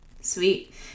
Sweet